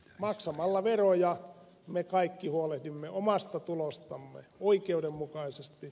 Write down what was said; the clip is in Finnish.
maksamalla veroja me kaikki huolehdimme omasta tulostamme oikeudenmukaisesti